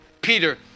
Peter